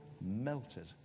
melted